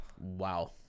Wow